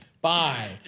Bye